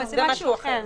זה משהו אחר.